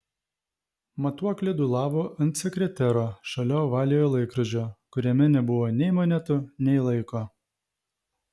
matuoklė dūlavo ant sekretero šalia ovaliojo laikrodžio kuriame nebuvo nei monetų nei laiko